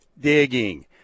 digging